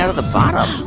ah the bottom?